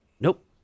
Nope